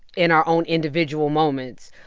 in our own individual moments,